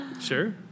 Sure